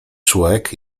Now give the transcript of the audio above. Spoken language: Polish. człek